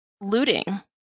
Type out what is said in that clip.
looting